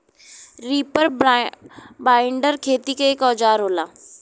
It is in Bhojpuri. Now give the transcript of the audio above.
रीपर बाइंडर खेती क एक औजार होला